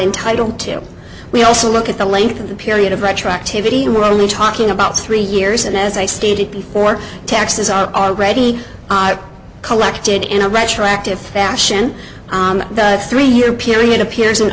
entitled to we also look at the length of the period of retroactivity we're only talking about three years and as i stated before taxes are already i collected in a retroactive fashion the three year period